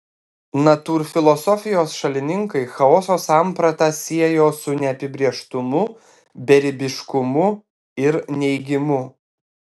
natūrfilosofijos šalininkai chaoso sampratą siejo su neapibrėžtumu beribiškumu ir neigimu